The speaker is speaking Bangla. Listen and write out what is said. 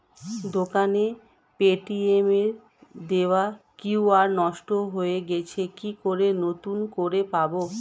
দোকানের পেটিএম এর দেওয়া কিউ.আর নষ্ট হয়ে গেছে কি করে নতুন করে পাবো?